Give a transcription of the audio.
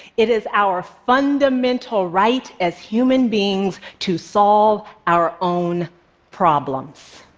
it is our fundamental right as human beings to solve our own problems.